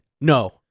No